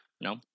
No